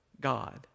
God